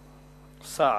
סער.